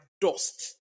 dust